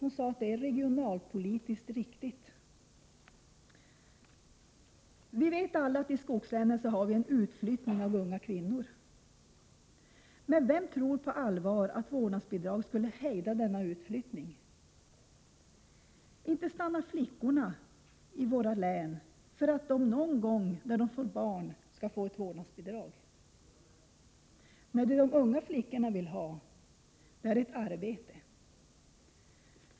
Hon sade att det är regionalpolitiskt riktigt. Vi vet alla att skogslänen har en utflyttning av unga kvinnor. Vem tror på allvar att vårdnadsbidragen skulle hejda denna utflyttning? Inte stannar flickorna i våra län för att de någon gång, när de får barn, skall få ett vårdnadsbidrag! Nej, det de unga flickorna vill ha är ett arbete.